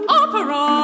opera